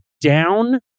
down